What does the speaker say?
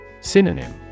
Synonym